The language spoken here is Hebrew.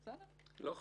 בסדר -- לא חטאים,